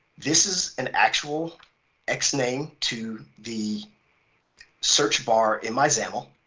this is an actual x name to the search bar in my xaml,